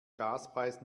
gaspreis